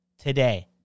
today